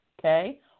okay